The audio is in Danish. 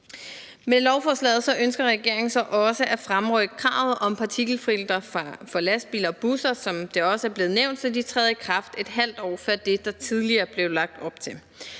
Med lovforslaget ønsker regeringen også at fremrykke kravet om partikelfiltre for lastbiler og busser, som det også er blevet nævnt, så det træder i kraft ½ år før det, der tidligere blev lagt op til.